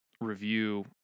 review